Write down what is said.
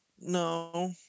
no